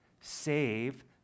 save